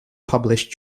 published